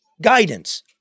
guidance